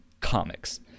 comics